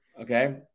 okay